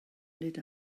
nid